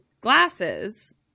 glasses